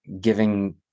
giving